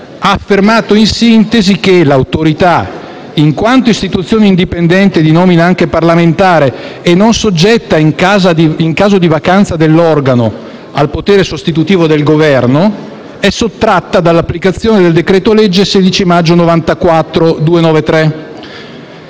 ha affermato in sintesi che l'Autorità, in quanto istituzione indipendente di nomina anche parlamentare e non soggetta, in caso di vacanza dell'organo, al potere sostitutivo del Governo, è sottratta dall'applicazione del decreto-legge 16 maggio 1994, n.